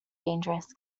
dangerous